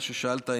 מה ששאלת,